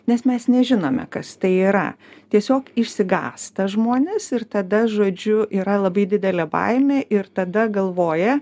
nes mes nežinome kas tai yra tiesiog išsigąsta žmonės ir tada žodžiu yra labai didelė baimė ir tada galvoja